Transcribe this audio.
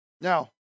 Now